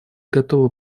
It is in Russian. готовы